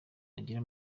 bagera